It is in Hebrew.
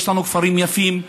יש לנו כפרים יפים.